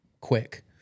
quick